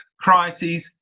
crises